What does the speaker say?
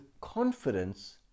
confidence